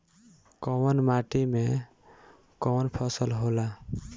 कवन माटी में कवन फसल हो ला?